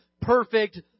perfect